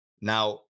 Now